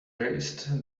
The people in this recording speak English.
raised